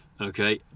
Okay